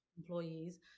employees